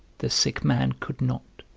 the sick man could not.